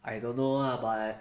I don't know ah but